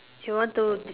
you want to